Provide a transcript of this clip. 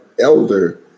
Elder